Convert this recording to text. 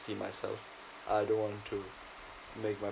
myself I don't want to make my